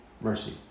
mercy